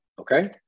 okay